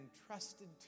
entrusted